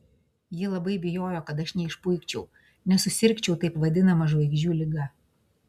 ji labai bijojo kad aš neišpuikčiau nesusirgčiau taip vadinama žvaigždžių liga